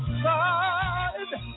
side